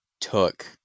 took